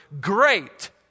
great